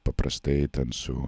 paprastai ten su